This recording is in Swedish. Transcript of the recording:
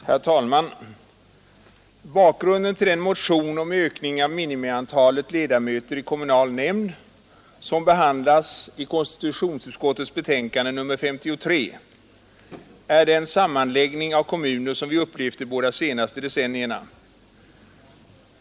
Herr talman! Bakgrunden till den motion om ökning av minimiantalet ledamöter i kommunal nämnd som behandlas i konstitutionsutskottets betänkande nr 53 är den sammanläggning av kommuner som vi upplevt de båda senaste decennierna.